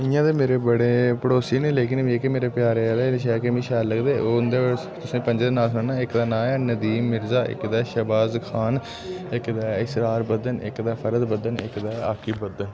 इयां ते मेरे बड़े पड़ोसी न लेकिन जेह्के मेरे प्यारे आह्ले न मिकी शैल लगदे ओह् उंदे तुसें पंजे दे नाम सनाना इक दा नांऽ ऐ नदीम मिर्ज़ा इक दा शबाज़ खान इक दा इसरार बदन इक दा फरद बदन इक दा आकिफ बदन